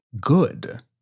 good